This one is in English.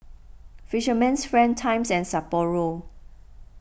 Fisherman's Friend Times and Sapporo